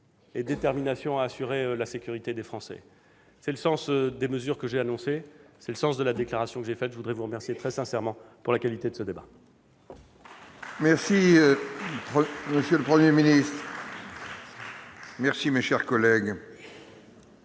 et détermination à assurer la sécurité des Français : tel est le sens des mesures que j'ai annoncées et de la déclaration que j'ai faite. Je vous remercie très sincèrement de la qualité de ce débat. Merci, monsieur le Premier ministre. Nous en avons